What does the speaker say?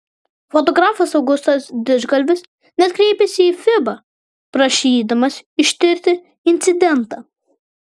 fotografas augustas didžgalvis net kreipėsi į fiba prašydamas ištirti incidentą